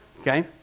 Okay